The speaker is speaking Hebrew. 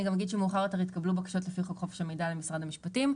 מאוחר יותר התקבלו בקשות לפי חוק חופש המידע למשרד המשפטים.